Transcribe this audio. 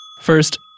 First